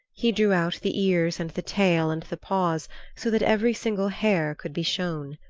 he drew out the ears and the tail and the paws so that every single hair could be shown.